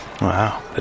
Wow